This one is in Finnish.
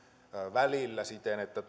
välillä siten että